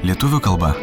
lietuvių kalba